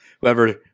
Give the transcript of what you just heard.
Whoever